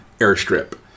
airstrip